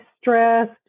stressed